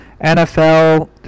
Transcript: NFL